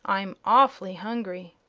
i'm awfully hungry.